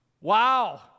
Wow